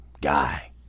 guy